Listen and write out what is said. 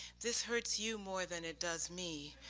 this hurts you more than it does me.